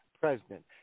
president